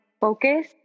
focus